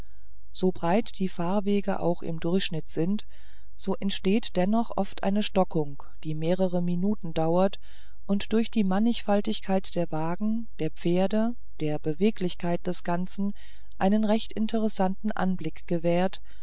so breit die fahrwege auch im durchschnitt sind so entsteht dennoch oft eine stockung die mehrere minuten dauert und durch die mannigfaltigkeit der wagen der pferde der beweglichkeit des ganzen einen recht interessanten anblick gewährt